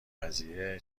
قضیه